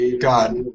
God